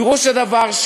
פירוש הדבר הוא